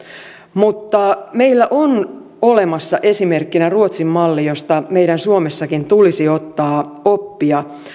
mutta meillä on olemassa esimerkkinä ruotsin malli josta meidän suomessakin tulisi ottaa oppia